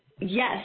Yes